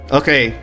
okay